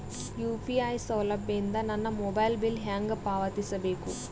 UPI ಸೌಲಭ್ಯ ಇಂದ ನನ್ನ ಮೊಬೈಲ್ ಬಿಲ್ ಹೆಂಗ್ ಪಾವತಿಸ ಬೇಕು?